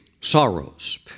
sorrows